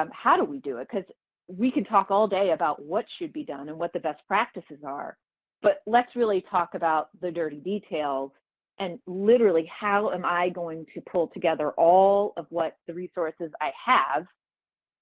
um how do we do it because we could talk all day about what should be done and what the best practices are but let's really talk about the dirty details and literally how am i going to pull together all of what the resources i have